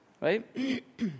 Right